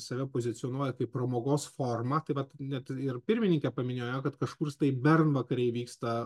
save pozicionuoja kaip pramogos formą tai vat net ir pirmininkė paminėjo kad kažkur tai bernvakariai vyksta